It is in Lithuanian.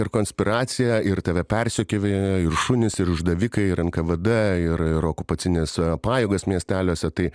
ir konspiracija ir tave persekioja ir šunys ir išdavikai ir nkvd ir okupacinės pajėgos miesteliuose tai